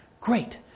great